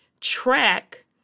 track